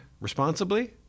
responsibly